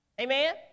Amen